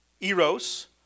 eros